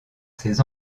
ses